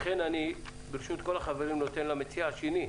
לכן אני ברשות כל החברים נותן למציע השני.